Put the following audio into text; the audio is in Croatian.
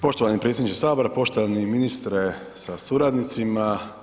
Poštovani predsjedniče Sabora, poštovani ministre sa suradnicima.